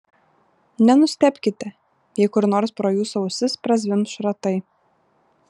nenustebkite jei kur nors pro jūsų ausis prazvimbs šratai